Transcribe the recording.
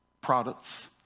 products